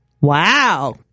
Wow